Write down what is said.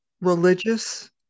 religious